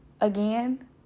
again